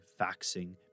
faxing